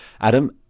Adam